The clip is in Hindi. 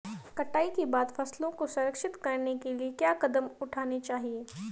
कटाई के बाद फसलों को संरक्षित करने के लिए क्या कदम उठाने चाहिए?